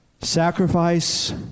Sacrifice